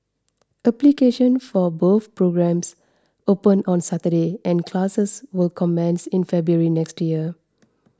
application for both programmes opened on Saturday and classes will commence in February next year